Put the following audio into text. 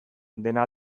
dena